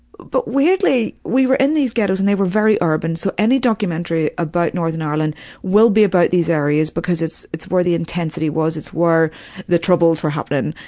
but weirdly, we were in these ghettos and they were very urban, so any documentary about northern ireland will be about these areas because it's it's where the intensity was, it's where the troubles were happening.